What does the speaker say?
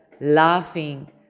laughing